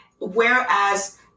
whereas